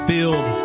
Build